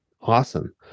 Awesome